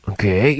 Okay